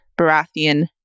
Baratheon